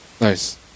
Nice